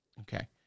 Okay